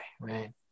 right